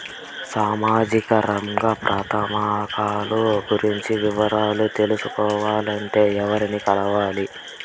సామాజిక రంగ పథకాలు గురించి వివరాలు తెలుసుకోవాలంటే ఎవర్ని కలవాలి?